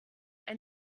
ein